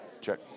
check